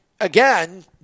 again